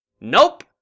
Nope